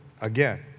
again